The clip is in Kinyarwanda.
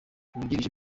wungirije